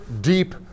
deep